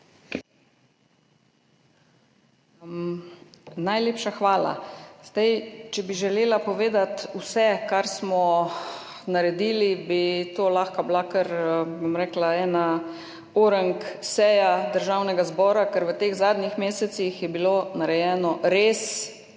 Najlepša hvala. Če bi želela povedati vse, kar smo naredili, bi to lahko bila kar, bom rekla, ena konkretna seja Državnega zbora, ker v teh zadnjih mesecih je bilo narejeno res,